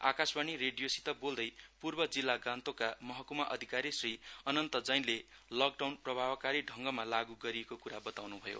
आकाशवाणी रेडीयोसित बोल्दै पूर्व जिल्ला गान्तोकका महकुमा अधिकारी श्री अनन्त जैनले लकडाउन प्रभावकारी ढङगमा लागू गरिएको कुरा बताउनु भयो